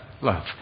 love